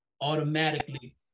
automatically